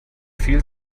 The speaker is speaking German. viel